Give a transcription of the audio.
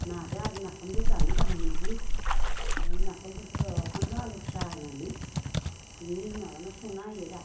नादो आरो नाफामदो जानो गाहाम मोनजि ओइ नाफामफोरखो फानलु आलु फिसा होनानै बिदिनो माबाना संना होयो रा